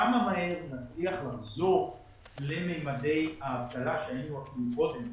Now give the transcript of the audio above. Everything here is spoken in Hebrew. כמה מהר נצליח לחזור לממדי האבטלה בה היינו קודם,